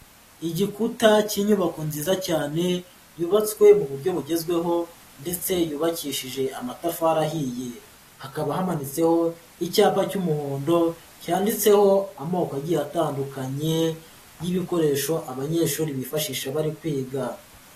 Igikuta cy'inyubako nziza cyane, yubatswe mu buryo bugezweho ndetse yubakishije amatafari ahiye. Hakaba hamanitseho icyapa cy'umuhondo cyanditseho amoko agiye atandukanye y'ibikoresho abanyeshuri bifashisha bari kwiga.